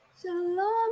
Shalom